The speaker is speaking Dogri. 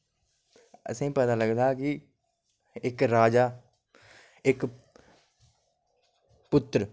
असेंई पता लगदा कि इक राजा इक पुत्र